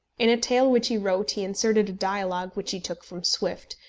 in a tale which he wrote he inserted a dialogue which he took from swift,